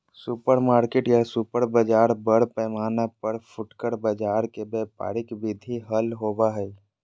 supermarket या super बाजार बड़ पैमाना पर फुटकर बाजार के व्यापारिक विधि हल होबा हई